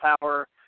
power